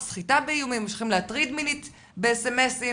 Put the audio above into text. באיומים, להטריד מינית באס-אם-אסים